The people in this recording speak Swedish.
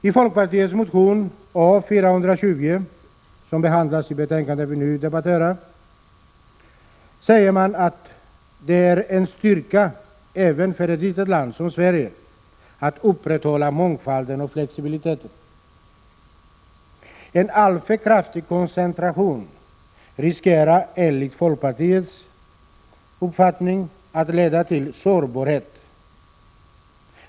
I folkpartiets motion A420, som behandlas i det betänkande vi nu diskuterar, säger man att det är en styrka även för ett litet land som Sverige att upprätthålla mångfalden och flexibiliteten. En alltför kraftig koncentration riskerar enligt folkpartiets uppfattning att leda till sårbarhet.